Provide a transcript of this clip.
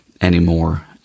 anymore